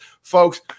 Folks